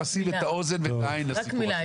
רק מילה,